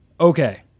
Okay